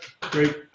Great